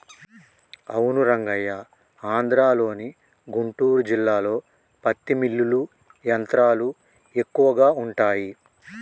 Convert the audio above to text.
అవును రంగయ్య ఆంధ్రలోని గుంటూరు జిల్లాలో పత్తి మిల్లులు యంత్రాలు ఎక్కువగా ఉంటాయి